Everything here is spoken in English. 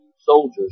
soldiers